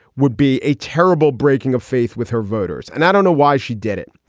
would be a terrible breaking of faith with her voters. and i don't know why she did it.